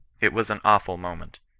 it was an awful moment.